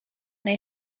neu